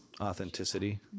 Authenticity